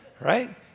Right